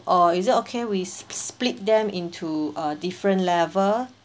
or is it okay we s~ split them into a different level